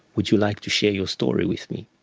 would you like to share your story with me?